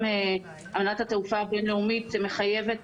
גם הנהלת התעופה הבינלאומית מחייבת